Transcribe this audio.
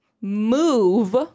Move